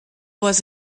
was